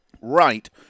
right